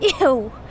Ew